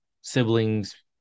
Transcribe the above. siblings